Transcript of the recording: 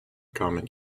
common